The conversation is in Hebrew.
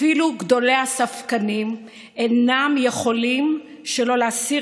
אפילו גדולי הספקנים אינם יכולים שלא להסיר